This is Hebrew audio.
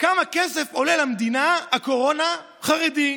כמה כסף עולה למדינה הקורונה, חרדי,